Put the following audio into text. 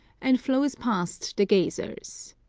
and flows past the geysers.